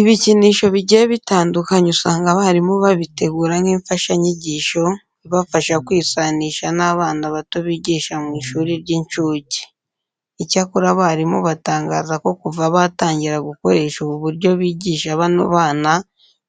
Ibikinisho bigiye bitandukanye usanga abarimu babitegura nk'imfashanyigisho ibafasha kwisanisha n'abana bato bigisha mu ishuri ry'incuke. Icyakora abarimu batangaza ko kuva batangira gukoresha ubu buryo bigisha bano bana,